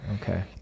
Okay